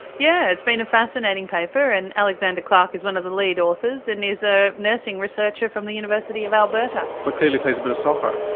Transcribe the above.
yeah it's been a fascinating paper and alexander clark is one of the lead authors, and is a nursing researcher from the university of alberta. but clearly plays a bit of soccer.